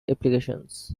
applications